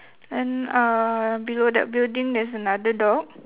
then uh below that building there's another dog